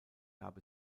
gab